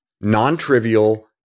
non-trivial